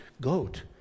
goat